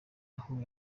aho